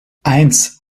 eins